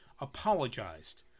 apologized